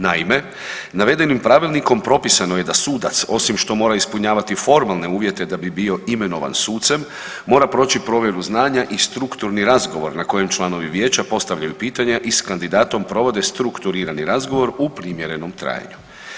Naime, navedenim pravilnikom propisano je da sudac osim što mora ispunjavati formalne uvjete da bi bio imenovan sucem mora proći provjeru znanja i strukturni razgovor na kojem članovi vijeća postavljaju pitanja i s kandidatom provode strukturirani razgovor u primjerenom trajanju.